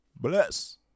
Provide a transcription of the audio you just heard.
Bless